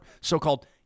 so-called